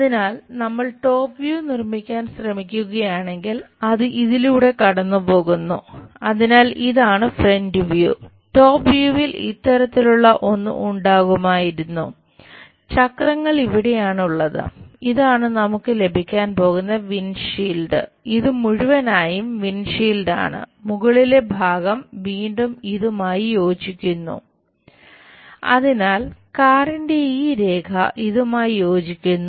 അതിനാൽ നമ്മൾ top view ആണ് മുകളിലെ ഭാഗം വീണ്ടും ഇതുമായി യോജിക്കുന്നു അതിനാൽ കാറിന്റെ ഈ രേഖ ഇതുമായി യോജിക്കുന്നു